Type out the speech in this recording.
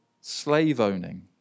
slave-owning